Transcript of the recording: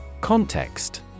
Context